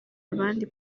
abandi